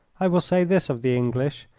i will say this of the english,